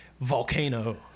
Volcano